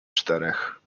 czterech